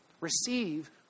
receive